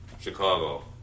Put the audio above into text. Chicago